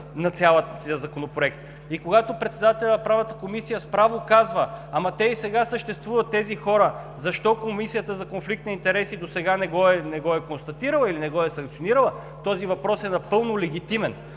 на целия Законопроект. И когато председателят на Правната комисия с право казва: „Те и сега съществуват тези хора. Защо Комисията за конфликт на интереси досега не го е констатирала или не го е санкционирала?“. Този въпрос е напълно легитимен.